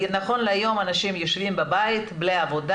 נכון להיום אנשים יושבים בבית בלי עבודה,